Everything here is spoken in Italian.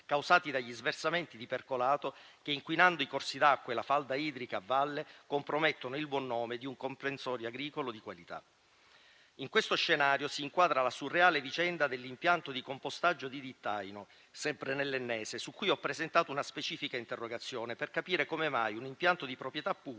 grazie a tutti